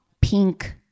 pink